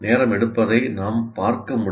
நேரம் எடுப்பதை நாம் பார்க்க முடியும்